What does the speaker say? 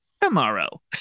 tomorrow